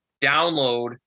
download